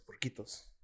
Porquitos